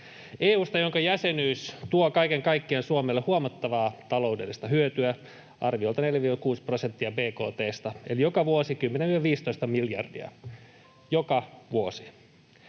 EU:sta, jonka jäsenyys tuo kaiken kaikkiaan Suomelle huomattavaa taloudellista hyötyä, arviolta 4—6 prosenttia bkt:sta eli joka vuosi 10—15 miljardia — joka vuosi.